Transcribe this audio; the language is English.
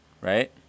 right